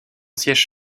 siège